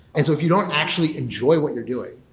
and so if you don't actually enjoy what you're doing,